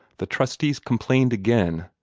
the trustees complained again,